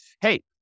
hey